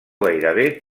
gairebé